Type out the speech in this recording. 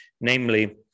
namely